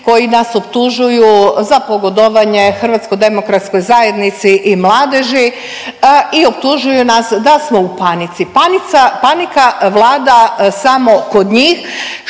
koji nas optužuju za pogodovanje HDZ-u i Mladeži i optužuju nas da smo u panici. Panika vlada samo kod njih